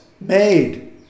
made